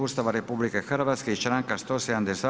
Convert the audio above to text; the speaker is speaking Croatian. Ustava RH i članka 172.